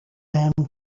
them